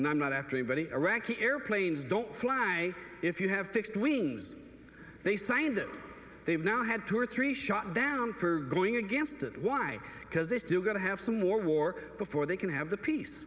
and i'm not after anybody iraqi airplanes don't fly if you have fixed wings they signed that they've now had two or three shot down for going against it why because they're still going to have some more war before they can have the peace